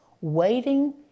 waiting